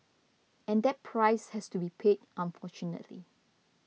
and that price has to be paid unfortunately